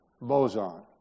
boson